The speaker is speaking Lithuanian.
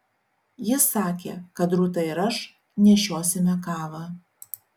jis sakė kad rūta ir aš nešiosime kavą